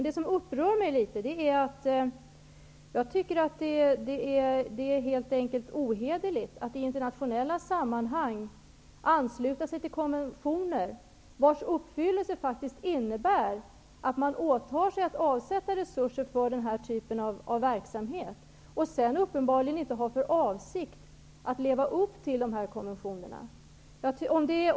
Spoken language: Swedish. Det som upprör mig är att det helt enkelt är ohederligt att i internationella sammanhang ansluta sig till konventioner vars uppfyllelse faktiskt innebär att man åtar sig att avsätta resurser för denna typ av verksamhet och sedan uppenbarligen inte har för avsikt att leva upp till dessa konventioner.